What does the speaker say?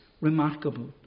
remarkable